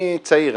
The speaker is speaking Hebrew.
-- אני צעיר,